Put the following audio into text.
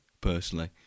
personally